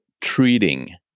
treating